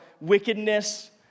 wickedness